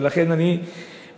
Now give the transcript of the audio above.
ולכן אני מקווה,